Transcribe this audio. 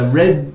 red